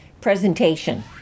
presentation